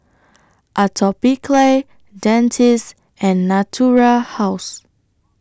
Atopiclair Dentiste and Natura House